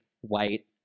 white